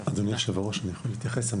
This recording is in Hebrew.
אדוני יושב הראש, אני יכול להתייחס?